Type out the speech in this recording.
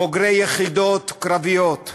בוגרי יחידות קרביות,